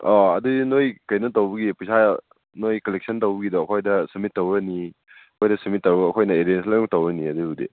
ꯑꯥꯥ ꯑꯗꯨꯗꯤ ꯅꯣꯏ ꯀꯩꯅꯣ ꯇꯧꯕꯒꯤ ꯄꯩꯁꯥ ꯅꯣꯏ ꯀꯂꯦꯛꯁꯟ ꯇꯧꯕꯒꯤꯗꯣ ꯑꯩꯈꯣꯏꯗ ꯁꯞꯃꯤꯠ ꯇꯧꯒꯅꯤ ꯑꯩꯈꯣꯏꯗ ꯁꯞꯃꯤꯠ ꯇꯧꯔꯒ ꯑꯩꯈꯣꯏꯅ ꯑꯦꯔꯦꯟꯖ ꯂꯣꯏꯃꯛ ꯇꯧꯒꯅꯤ ꯑꯗꯨꯕꯨꯗꯤ